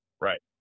Right